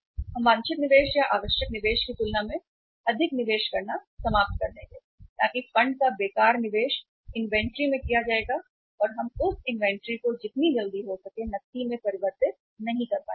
हम वांछित निवेश या आवश्यक निवेश की तुलना में अधिक निवेश करना समाप्त कर देंगे ताकि फंड का बेकार निवेश इन्वेंट्री में किया जाएगा और हम उस इन्वेंट्री को जितनी जल्दी हो सके नकदी में परिवर्तित नहीं कर पाएंगे